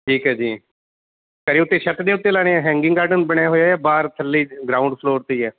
ਠੀਕ ਹੈ ਜੀ ਘਰ ਉੱਤੇ ਛੱਤ ਦੇ ਉੱਤੇ ਲਗਾਉਣੇ ਆ ਹੈਂਗਿੰਗ ਗਾਰਡਨ ਬਣਿਆ ਹੋਇਆ ਜਾਂ ਬਾਹਰ ਥੱਲੇ ਗਰਾਊਂਡ ਫਲੋਰ 'ਤੇ ਹੀ ਹੈ